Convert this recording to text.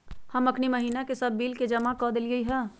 हम अखनी महिना के सभ बिल के जमा कऽ देलियइ ह